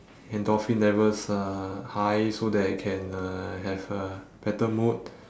endorphin levels uh high so that I can uh have a better mood